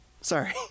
Sorry